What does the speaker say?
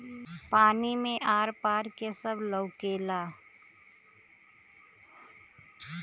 पानी मे आर पार के सब लउकेला